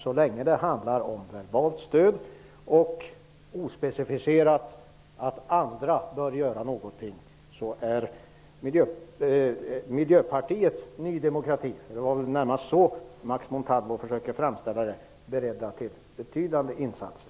Så länge det handlar om verbalt stöd och ospecificerade krav på att andra bör göra någonting är man i miljöpartiet Ny demokrati -- det var väl närmast så Max Montalvo försökte framställa det -- beredd till betydande insatser.